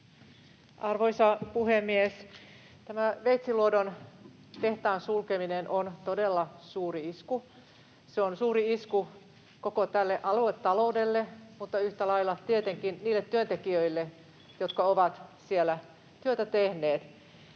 Arvoisa puhemies! Tämä Veitsiluodon tehtaan sulkeminen on todella suuri isku. Se on suuri isku koko tälle aluetaloudelle mutta yhtä lailla tietenkin niille työntekijöille, jotka ovat siellä työtä tehneet.